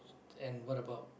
and what about